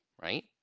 Right